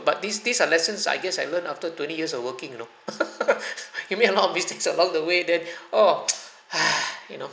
but these days uh lessons I guess I learned after twenty years of working you know you made a lot of mistakes along the way then oh !huh! you know